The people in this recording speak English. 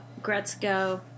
Gretzko